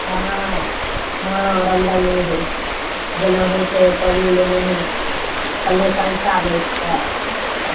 हॅं हॅं रामरनवमी होइ छै जेना होइ छै ओहि पाबनि शमे ओनाही पहिले कलसा बैठतै